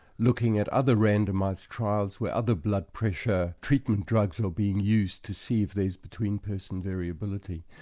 looking at other randomised trials, where other blood pressure treatment drugs are being used, to see if there's between-person variability.